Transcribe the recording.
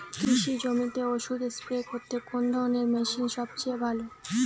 কৃষি জমিতে ওষুধ স্প্রে করতে কোন ধরণের মেশিন সবচেয়ে ভালো?